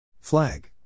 Flag